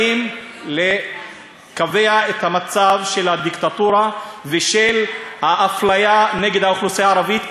באים לקבע את המצב של הדיקטטורה ושל האפליה נגד האוכלוסייה הערבית,